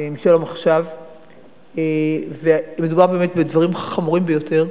מ"שלום עכשיו", ומדובר באמת בדברים חמורים ביותר,